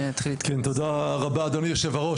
תודה רבה אדוני היו"ר.